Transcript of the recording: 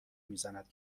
میزند